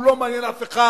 הוא לא מעניין אף אחד.